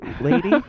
lady